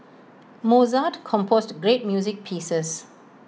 Mozart composed great music pieces